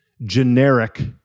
generic